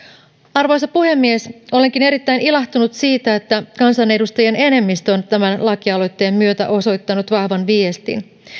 arvoisa puhemies olenkin erittäin ilahtunut siitä että kansanedustajien enemmistö on tämän lakialoitteen myötä osoittanut vahvan viestin